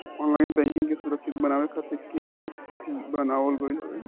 online banking के सुरक्षित बनावे खातिर के.वाई.सी बनावल गईल हवे